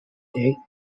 date